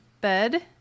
bed